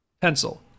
pencil